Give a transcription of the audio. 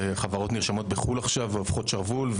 שחברות נרשמות בחו"ל עכשיו והופכות שרוול,